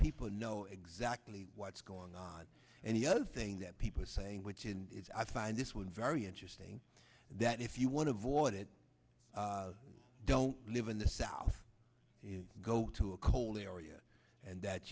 people know exactly what's going on and the other thing that people are saying which in i find this one very interesting that if you want to avoid it don't live in the south go to a cold area and that